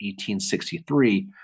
1863